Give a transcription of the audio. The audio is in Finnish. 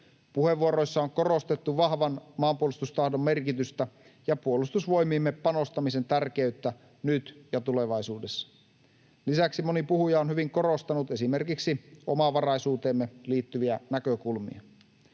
Puheenvuoroissa on korostettu vahvan maanpuolustustahdon merkitystä ja Puolustusvoimiimme panostamisen tärkeyttä nyt ja tulevaisuudessa. Lisäksi moni puhuja on hyvin korostanut esimerkiksi omavaraisuuteemme liittyviä näkökulmia.